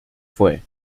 fue